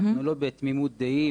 אנחנו לא בתמימות דעים,